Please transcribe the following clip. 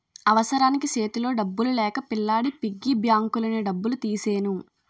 అవసరానికి సేతిలో డబ్బులు లేక పిల్లాడి పిగ్గీ బ్యాంకులోని డబ్బులు తీసెను